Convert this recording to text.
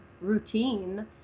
routine